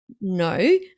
no